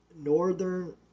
northern